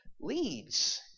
leads